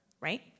right